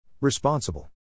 Responsible